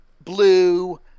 blue